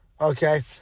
Okay